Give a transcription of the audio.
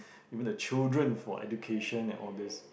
even the children for education and all these